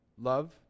love